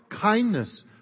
kindness